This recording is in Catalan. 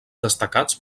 destacats